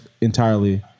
entirely